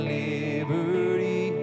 liberty